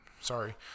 sorry